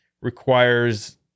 requires